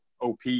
OP